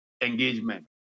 engagement